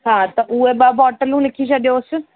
हा त उहे ॿ बॉटलूं लिखी छॾियोसि